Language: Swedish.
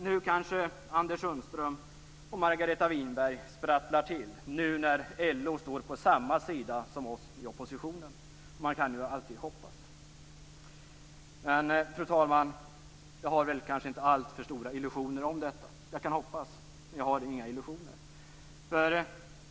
Nu kanske Anders Sundström och Margareta Winberg sprattlar till när LO står på samma sida som vi i oppositionen. Man kan alltid hoppas. Men jag har, fru talman, inte alltför stora illusioner om detta. Jag kan hoppas, men jag har inga illusioner.